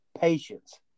patience